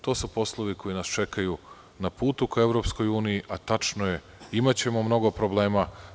To su poslovi koji nas čekaju na putu ka EU, a tačno je, imaćemo mnogo problema.